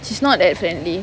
she's not that friendly